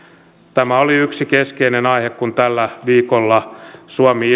tämä oli yksi keskeinen aihe kun tällä viikolla suomi